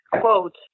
quote